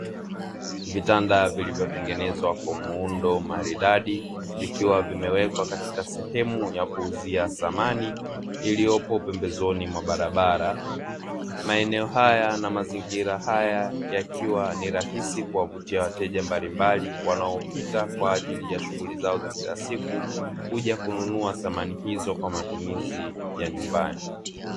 Vitanda vilivyotengenezwa kwa muundo maridadi vikiwa vimewekwa katika sehemu ya kuuzia samani iliyopo pembezoni mwa barabara, maeneo haya na mazingira haya yakiwa ni rahisi kuwavutia wateja mbalimbali wanaopita kwa ajili ya shughuli zao za kila siku, kuja kununua samani hizo kwa matumizi ya nyumbani.